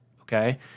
Okay